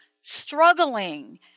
struggling